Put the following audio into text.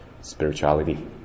spirituality